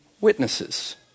witnesses